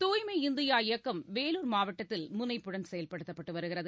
தூய்மை இந்தியா இயக்கம் வேலூர் மாவட்டத்தில் முனைப்புடன் செயல்படுத்தப்பட்டு வருகிறது